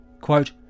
Quote